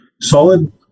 solid